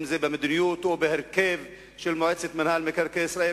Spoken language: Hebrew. אם במדיניות או בהרכב של מועצת מינהל מקרקעי ישראל,